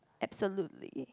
absolutely